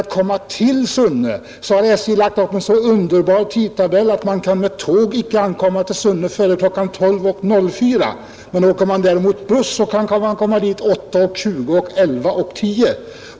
För resor till Sunne har SJ lagt upp en så underbar tidtabell, att man inte kan komma till Sunne med tåg förrän kl. 12.04. Åker man däremot buss kan man komma dit kl. 8.20 och 11.10.